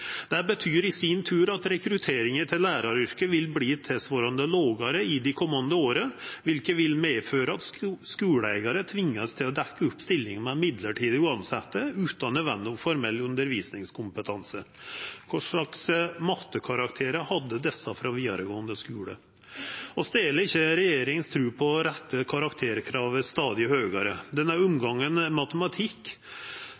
Det betyr i sin tur at rekrutteringa til læraryrket vil verta tilsvarande lågare i dei komande åra, som vil medføra at skuleeigarane vert tvinga til å dekkja opp stillingane med midlertidig tilsette utan nødvendig formell undervisingskompetanse. Kva for mattekarakter hadde desse frå vidaregåande skule? Vi deler ikkje regjeringas tru på at det å setja karakterkravet stadig høgare – i denne